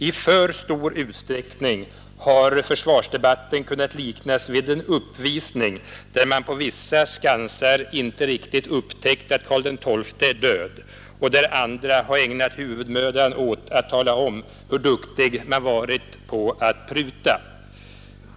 I alltför stor utstäckning har försvarsdebatten kunnat liknas vid en uppvisning, där man på vissa skansar inte riktigt upptäckt att Karl XII är död och där andra ägnat huvudmödan åt att tala om hur duktig man varit på att pruta.